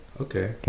Okay